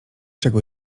czego